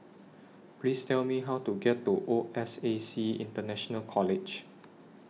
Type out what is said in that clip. Please Tell Me How to get to O S A C International College